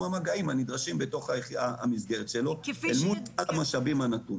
המגעים הנדרשים במסגרת שלו אל מול המשאבים הנתונים.